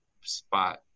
spot